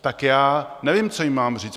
Tak já nevím, co jim mám říct.